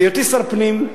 בהיותי שר הפנים,